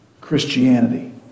Christianity